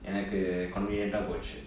எனக்கு:enakku convenient போச்சு:pochu